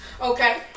Okay